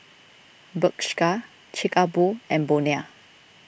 Bershka Chic A Boo and Bonia